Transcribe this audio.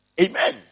Amen